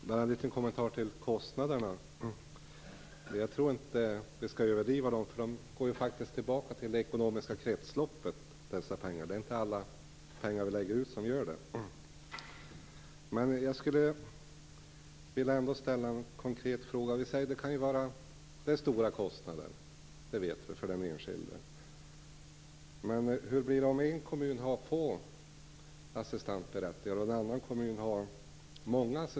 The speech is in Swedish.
Herr talman! Jag har en liten kommentar till kostnaderna. Jag tror inte att vi skall överdriva deras storlek, eftersom pengarna ju faktiskt går tillbaka till det ekonomiska kretsloppet. Det är inte alla pengar vi lägger ut som gör det. Jag vill ändå ställa en konkret fråga. Vi vet att det handlar om stora kostnader för den enskilde. Men hur blir det om en kommun har få assistentberättigade och en annan kommun har många?